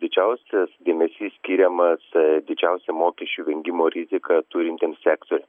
didžiausias dėmesys skiriamas didžiausią mokesčių vengimo riziką turintiems sektoriam